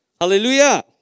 Hallelujah